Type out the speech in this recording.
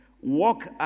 Walk